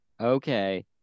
Okay